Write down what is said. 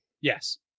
Yes